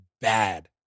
bad